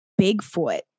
Bigfoot